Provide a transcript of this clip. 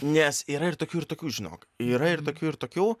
nes yra ir tokių ir tokių žinok yra ir tokių ir tokių